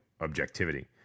objectivity